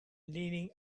leaning